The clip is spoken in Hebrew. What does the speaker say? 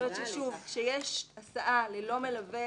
כשיש הסעה ללא מלווה,